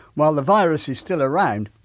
while the virus is still around,